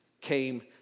came